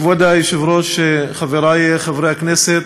כבוד היושב-ראש, חברי חברי הכנסת,